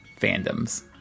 fandoms